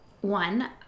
one